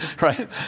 right